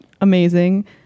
amazing